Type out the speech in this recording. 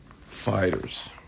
fighters